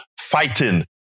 fighting